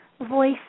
voice